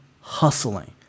hustling